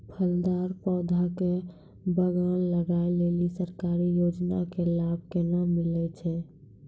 फलदार पौधा के बगान लगाय लेली सरकारी योजना के लाभ केना मिलै छै?